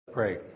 pray